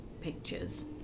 pictures